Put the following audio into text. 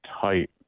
tight